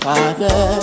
Father